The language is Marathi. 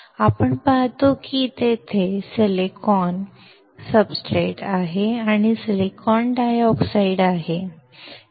आपण पाहतो की तेथे सिलिकॉन सब्सट्रेट आहे आणि सिलिकॉन डायऑक्साइड आहे